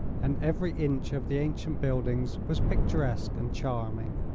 and every inch of the ancient buildings was picturesque and charming.